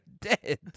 dead